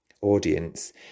audience